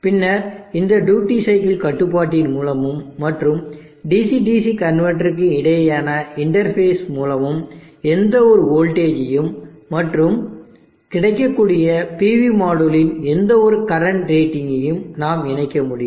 பின்னர் இந்த duty cycle கட்டுப்பாட்டின் மூலமும் மற்றும்DC DC கன்வெர்ட்டருக்கு இடையேயான இன்டர்பேஸ் மூலமும் எந்தவொரு வோல்டேஜையும் மற்றும் கிடைக்கக்கூடிய PV மாடுலின் எந்தவொரு கரண்ட் ரேட்டிங்கையும் நாம் இணைக்க முடியும்